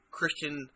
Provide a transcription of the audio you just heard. Christian